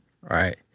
Right